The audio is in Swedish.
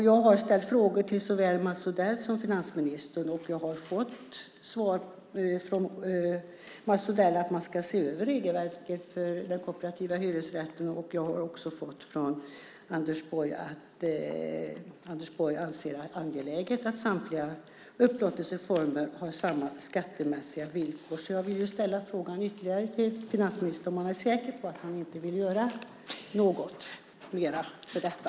Jag har ställt frågor till såväl Mats Odell som finansministern och har fått svaret från Mats Odell att man ska se över regelverket för den kooperativa hyresrätten. Jag har också fått svar från Anders Borg att han anser att det är angeläget att alla upplåtelseformer har samma skattemässiga villkor. Jag vill därför ställa frågan ytterligare en gång till finansministern om han är säker på att han inte vill göra något mer för detta.